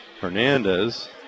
Hernandez